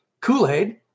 Kool-Aid